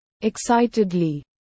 Excitedly